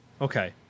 Okay